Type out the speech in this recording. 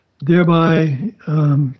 thereby